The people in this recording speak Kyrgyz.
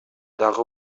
дагы